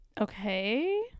Okay